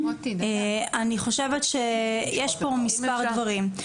אני חושבת שיש פה מספר דברים.